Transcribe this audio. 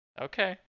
Okay